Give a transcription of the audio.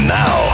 now